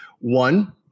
One